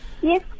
Yes